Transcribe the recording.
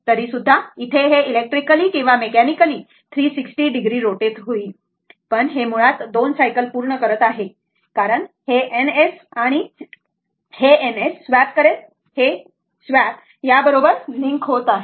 तरी सुद्धा इथे हे इलेक्ट्रिकली किंवा मेकॅनिकली 360 डिग्री रोटेट होईल पण हे मुळात 2 सायकल पूर्ण करत आहे कारण हे N S आणि N S स्वॅप करेल हे स्वॅप या बरोबर लिंक होत आहे